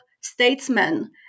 statesmen